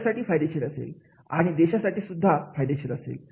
समाजासाठी फायदेशीर असेल आणि देशासाठी सुद्धा फायदेशीर असेल